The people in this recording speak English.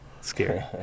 scary